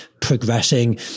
progressing